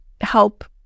help